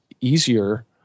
easier